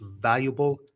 valuable